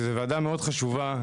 זוהי ועדה מאוד חשובה,